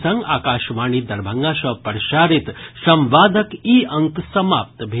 संग आकाशवाणी दरभंगा सँ प्रसारित संवादक ई अंक समाप्त भेल